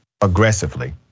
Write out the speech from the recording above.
aggressively